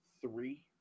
three